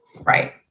Right